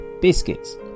Biscuits